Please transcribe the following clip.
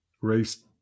race